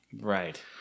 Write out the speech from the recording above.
Right